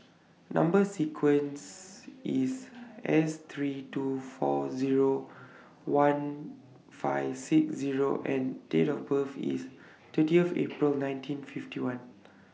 Number sequence IS S three two four Zero one five six Zero and Date of birth IS thirtieth April nineteen fifty one